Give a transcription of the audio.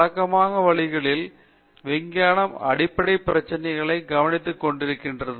வழக்கமான வழிகளில் விஞ்ஞானம் அடிப்படை பிரச்சினைகளைக் கவனித்துக் கொண்டிருந்தது